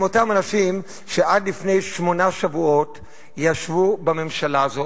הם אותם אנשים שעד לפני שמונה שבועות ישבו בממשלה הזאת,